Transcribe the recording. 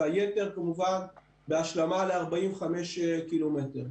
והיתר כמובן בהשלמה ל-45 קילומטרים.